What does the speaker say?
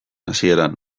hasieran